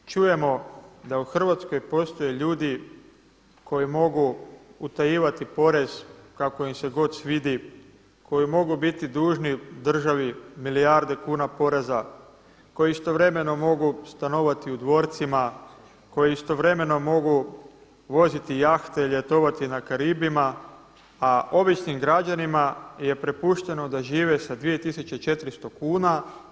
Dakle, čujemo da u Hrvatskoj postoje ljudi koji mogu utajivati porez kako im se god svidi, koji mogu biti dužni državi milijarde kuna poreza, koji istovremeno mogu stanovati u dvorcima, koji istovremeno mogu voziti jahte i ljetovati na Karibima, a običnim građanima je prepušteno da žive sa 2.400 kuna.